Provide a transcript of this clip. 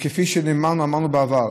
כפי שנאמר ואמרנו בעבר,